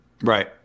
Right